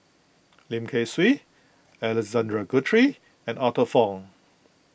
Lim Kay Siu Alexander Guthrie and Arthur Fong